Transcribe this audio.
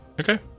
Okay